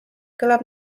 kõlab